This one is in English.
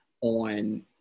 on